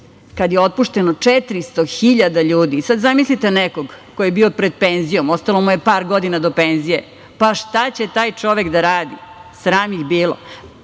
kada je otpušteno 400.000 ljudi. Sada zamislite nekog ko je bio pred penzijom, ostalo mu je par godina do penzije, pa šta će taj čovek da radi? Sram ih bilo.